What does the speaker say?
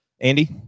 Andy